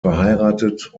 verheiratet